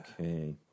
Okay